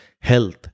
health